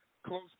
Close